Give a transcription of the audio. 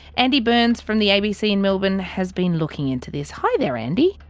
andy burns from the abc in melbourne has been looking into this. hi there andy.